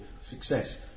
success